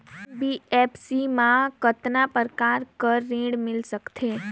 NBFC मा कतना प्रकार कर ऋण मिल सकथे?